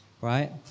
right